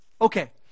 Okay